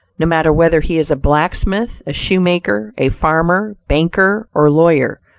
no matter whether he is a blacksmith, a shoemaker, a farmer, banker or lawyer,